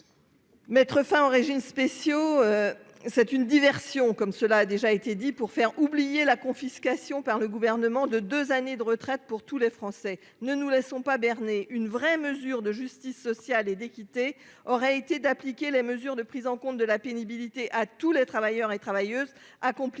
Mettre fin aux régimes spéciaux, c'est une diversion pour faire oublier la confiscation par le Gouvernement de deux années de retraite à tous les Français. Ne nous laissons pas berner : une vraie mesure de justice sociale et d'équité serait d'appliquer les mesures de prise en compte de la pénibilité à tous les travailleurs et travailleuses qui accomplissent